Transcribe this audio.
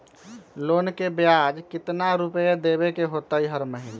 Loan के ब्याज कितना रुपैया देबे के होतइ हर महिना?